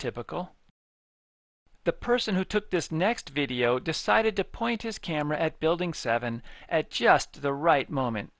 typical the person who took this next video decided to point his camera at building seven at just the right moment